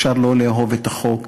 אפשר לא לאהוב את החוק,